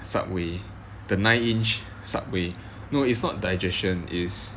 Subway the nine inch Subway no it's not digestion is